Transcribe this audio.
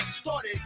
started